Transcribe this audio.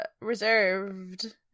reserved